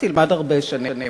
תלמד 12 שנים.